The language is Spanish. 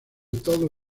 todos